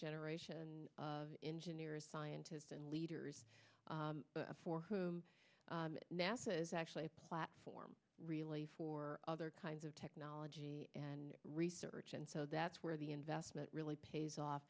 generation of engineers scientists and leaders for whom nasa is actually a platform really for other kinds of technology and research and so that's where the investment really pays off